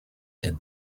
and